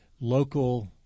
local